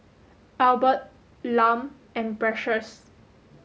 Albert Lum and Precious